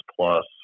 Plus